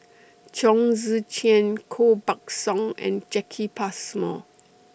Chong Tze Chien Koh Buck Song and Jacki Passmore